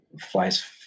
flies